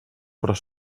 però